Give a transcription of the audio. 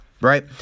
right